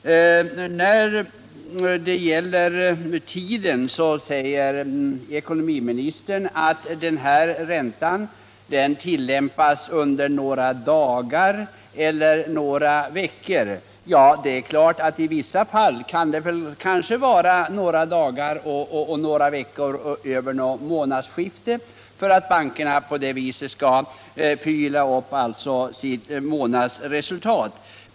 När det gäller tiden säger ekonomiministern att denna ränta tillämpas under några dagar eller några veckor. Ja, i vissa fall kan det kanske vara några dagar och några veckor och över något månadsskifte för att bankerna på det viset skall förgylla upp sitt månadsresultat.